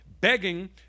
begging